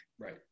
Right